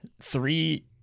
three